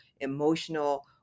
emotional